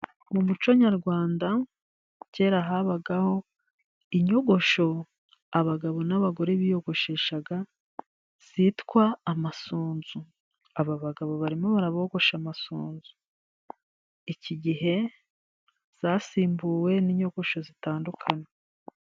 Mu muco nyarwanda kera habagaho inyogosho abagabo n'abagore biyogosheshaga zitwa amasunzu .Aba bagabo barimo barabogosha amasunzu, iki gihe zasimbuwe n'inyogosho zitandukanye.